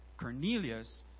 Cornelius